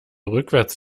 rückwärts